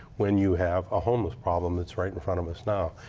when you have a homeless problem that's right in front of us now.